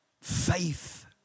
Faith